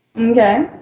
Okay